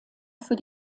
für